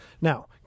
Now